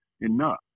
enough